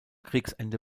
kriegsende